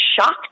shocked